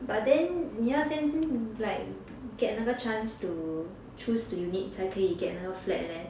but then 你要先 like get 那个 chance to choose the unit 才可以 get 那个 flat leh